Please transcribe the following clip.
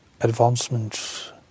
advancement